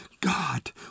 God